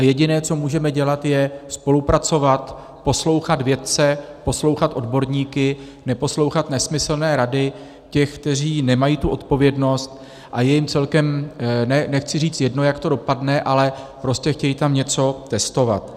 Jediné, co můžeme dělat, je spolupracovat, poslouchat vědce, poslouchat odborníky, neposlouchat nesmyslné rady těch, kteří nemají tu odpovědnost a je jim celkem nechci říct jedno, jak to dopadne, ale prostě chtějí tam něco testovat.